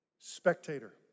Spectator